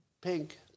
Pink